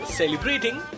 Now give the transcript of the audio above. celebrating